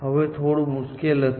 હવે તે થોડું મુશ્કેલ હશે